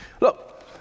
Look